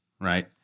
right